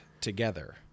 together